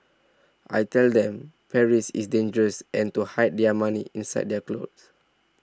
I tell them Paris is dangerous and to hide their money inside their clothes